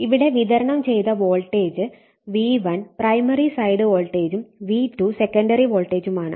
ഇവിടെ വിതരണം ചെയ്ത വോൾട്ടേജ് V1 പ്രൈമറി സൈഡ് വോൾട്ടേജും V2 സെക്കണ്ടറി വോൾട്ടേജുമാണ്